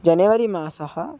जनवरि मासः